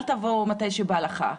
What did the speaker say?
אל תבוא מתי שבא לך.